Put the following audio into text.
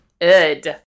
good